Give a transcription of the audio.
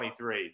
23